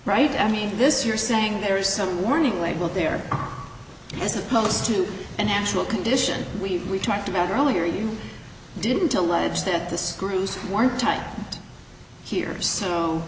right i mean this you're saying there are some warning labels there as opposed to a natural condition we talked about earlier you didn't allege that the screws weren't tight here so